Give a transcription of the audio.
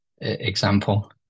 example